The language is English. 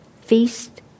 feast